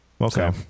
Okay